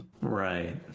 Right